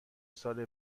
ساله